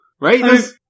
Right